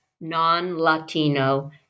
non-Latino